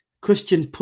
Christian